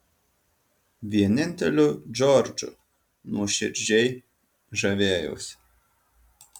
vieninteliu džordžu nuoširdžiai žavėjausi